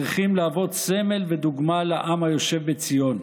צריכים להוות סמל ודוגמה לעם היושב בציון,